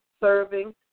serving